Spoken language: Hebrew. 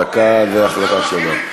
דקה זו החלטה שלו.